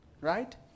Right